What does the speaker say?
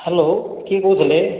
hello କିଏ କହୁଥିଲେ